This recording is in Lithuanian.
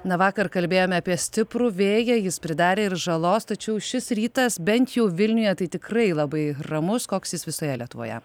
na vakar kalbėjome apie stiprų vėją jis pridarė ir žalos tačiau šis rytas bent jau vilniuje tai tikrai labai ramus koks jis visoje lietuvoje